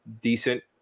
decent